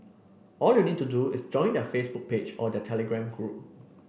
all you need to do is join their Facebook page or their Telegram group